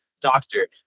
doctor